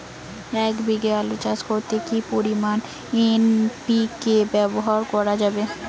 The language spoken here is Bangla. এক বিঘে আলু চাষ করলে কি পরিমাণ এন.পি.কে ব্যবহার করা যাবে?